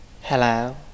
Hello